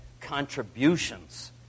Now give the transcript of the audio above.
contributions